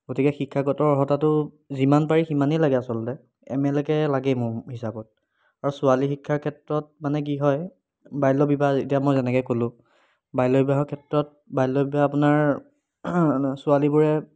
গতিকে শিক্ষাগত অৰ্হতাটো যিমান পাৰি সিমানেই লাগে আছলতে এম এ লৈকে লাগেই মোৰ হিচাপত আৰু ছোৱালী শিক্ষাৰ ক্ষেত্ৰত মানে কি হয় বাল্য বিবাহ এতিয়া মই যেনেকৈ ক'লো বাল্য বিবাহৰ ক্ষেত্ৰত বাল্য বিবাহ আপোনাৰ ছোৱালীবোৰে